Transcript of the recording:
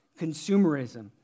Consumerism